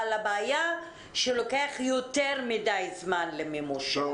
אבל הבעיה היא שלוקח יותר מדי זמן למימוש.